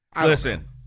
Listen